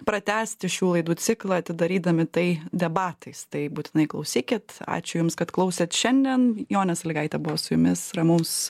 pratęsti šių laidų ciklą atidarydami tai debatais tai būtinai klausykit ačiū jums kad klausėte šiandien jonė sligaitė buvo su jumis ramaus